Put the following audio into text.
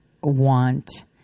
want